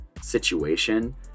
situation